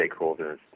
stakeholders